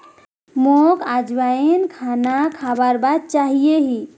मोक अजवाइन खाना खाबार बाद चाहिए ही